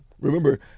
Remember